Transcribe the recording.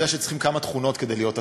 שצריכים כמה תכונות כדי להיות עצמאי: